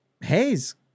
Hayes